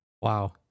Wow